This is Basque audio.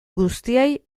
guztiei